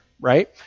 right